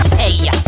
hey